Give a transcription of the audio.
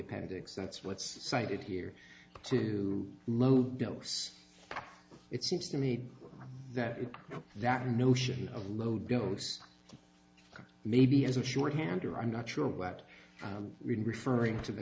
appendix that's what's cited here too low dose it seems to me that you know that notion of low dose maybe as a shorthand or i'm not sure about referring to the